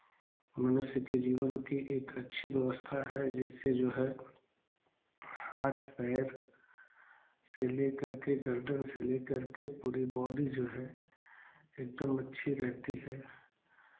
मनुष्य के जीवन की एक अच्छी व्यवस्था है जिससे जो है हाथ पैर से लेकर के गर्दन से लेकर के पूरी बॉडी जो है एकदम अच्छी रहती है